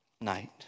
night